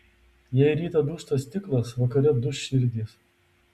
jei rytą dūžta stiklas vakare duš širdys